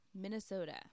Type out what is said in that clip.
Minnesota